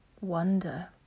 wonder